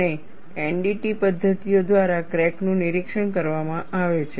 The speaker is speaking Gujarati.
અને એનડીટી પદ્ધતિઓ દ્વારા ક્રેક નું નિરીક્ષણ કરવામાં આવે છે